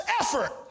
effort